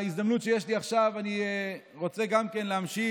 ובהזדמנות שיש לי עכשיו אני רוצה להמשיך